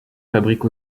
fabrique